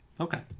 Okay